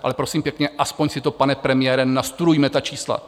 Ale prosím pěkně, aspoň si to, pane premiére, nastudujte, ta čísla.